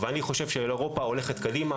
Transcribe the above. דוקטור יצחק קדם,